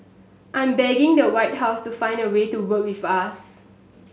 I'm begging the White House to find a way to work with us